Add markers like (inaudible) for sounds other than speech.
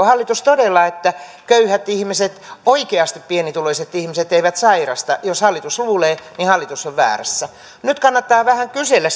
(unintelligible) hallitus todella että köyhät ihmiset oikeasti pienituloiset ihmiset eivät sairasta jos hallitus luulee niin hallitus on väärässä nyt kannattaa vähän kysellä (unintelligible)